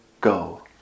go